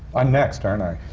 i'm next, aren't i?